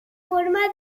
forma